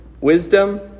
wisdom